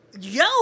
yo